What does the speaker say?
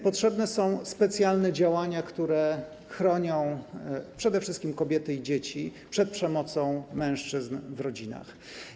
Potrzebne są specjalne działania, które chronią przede wszystkim kobiety i dzieci przed przemocą mężczyzn w rodzinach.